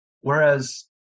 Whereas